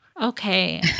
Okay